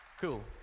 Cool